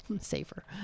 safer